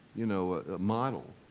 you know, a model.